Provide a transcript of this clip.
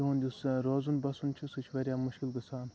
تِہُنٛد یُس روزُن بَسُن چھِ سُہ چھِ واریاہ مُشکل گژھان